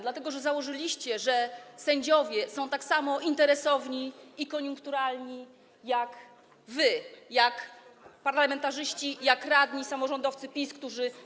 Dlatego że założyliście, że sędziowie są tak samo interesowni i koniunkturalni jak wy, jak parlamentarzyści, jak radni i samorządowcy PiS, którzy.